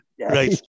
Right